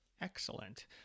Excellent